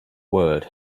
world